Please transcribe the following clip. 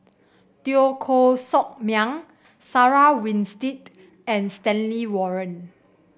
Teo Koh Sock Miang Sarah Winstedt and Stanley Warren